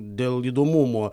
dėl įdomumo